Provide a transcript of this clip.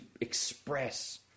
express